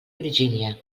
virgínia